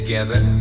Together